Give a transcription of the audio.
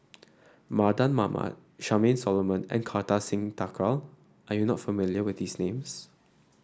Mardan Mamat Charmaine Solomon and Kartar Singh Thakral are you not familiar with these names